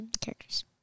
characters